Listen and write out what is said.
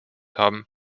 haben